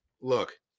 look